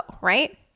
right